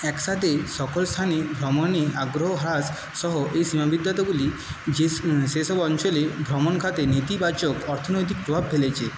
একসাথে সকল স্থানে ভ্রমণে আগ্রহ হ্রাস সহ এই গুলি যেসব অঞ্চলে ভ্রমণখাতে নীতিবাচক অর্থনৈতিক প্রভাব ফেলেছে